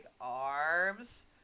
arms